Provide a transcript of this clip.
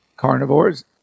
Carnivores